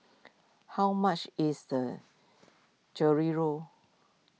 how much is the Chorizo